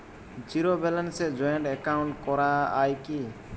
Zero ব্যালেন্সে joint account করা য়ায় কি?